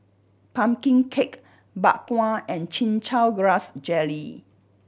pumpkin cake Bak Kwa and Chin Chow Grass Jelly